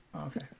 okay